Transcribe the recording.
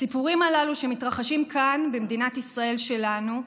הסיפורים הללו שמתרחשים כאן, במדינת ישראל שלנו,